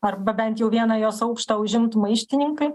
arba bent jau vieną jos aukštą užimtų maištininkai